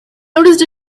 noticed